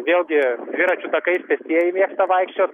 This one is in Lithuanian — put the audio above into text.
vėlgi dviračių takais pėstieji mėgsta vaikščio